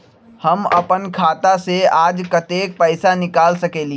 हम अपन खाता से आज कतेक पैसा निकाल सकेली?